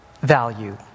value